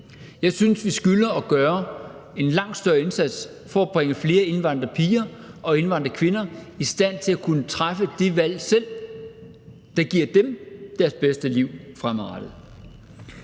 Jeg synes, vi skylder at gøre en langt større indsats for at bringe flere indvandrerpiger og indvandrerkvinder i stand til at kunne træffe de valg selv, der giver dem det bedste liv fremadrettet.